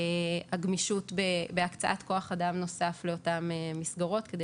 גמישות בהקצאת כוח אדם נוסף לאותן מסגרות כדי